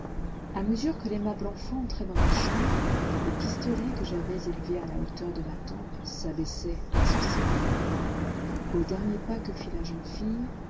à mesure que l'aimable enfant entrait dans ma chambre le pistolet que j'avais élevé à la hauteur de ma tempe s'abaissait insensiblement au dernier pas que fit la jeune fille